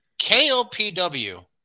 KOPW